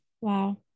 Wow